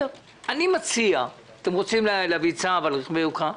אתם רוצים להביא צו על רכבי יוקרה,